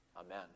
amen